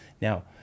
now